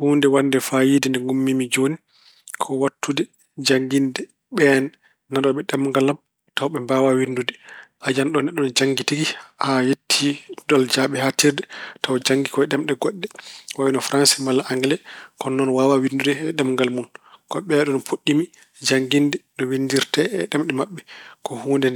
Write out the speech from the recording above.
Huunde waɗde faayiida nde ngummiimi jooni ko jannginde ɓeen nanooɓe ɗemngal am tawa ɓe mbaawaa winnndude. A yiyan ɗo neɗɗo ina janngii tigi haa yetti ɗuɗal jaaɓihaatirde tawa janngii ko e ɗemɗe goɗɗe ko wayno Farayse walla Angele. Kono noon waawa winnndude e ɗemngal mun. Ko ɓeeɗoon puɗɗiimi jannginde no winndirte e ɗemɗe maɓɓe. Ko huunde